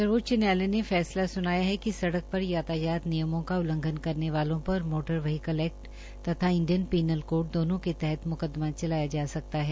सर्वोच्च न्यायालय ने फैसला सुनाया है कि सड़क पर यातायात नियमों का उल्लंघन करने वालों पर मोटर व्हीकल एक्ट तथा इंडियन पीनल कोड दोनो के तहत मुकदमा चलाया जा सकता है